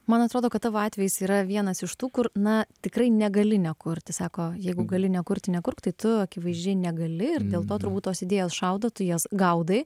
man atrodo kad tavo atvejis yra vienas iš tų kur na tikrai negali nekurti sako jeigu gali nekurti nekurk tai tu akivaizdžiai negali ir dėl to turbūt tos idėjos šaudo tu jas gaudai